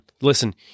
listen